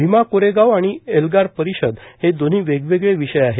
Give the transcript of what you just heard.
भीमा कोरेगाव आणि आणि एल्गार परिषद हे दोन्ही वेगवेगळे विषय आहेत